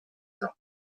jean